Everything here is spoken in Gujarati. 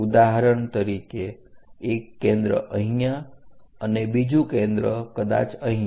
ઉદાહરણ તરીકે એક કેન્દ્ર અહીંયા અને બીજું કેન્દ્ર કદાચ અહીંયા